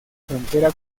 frontera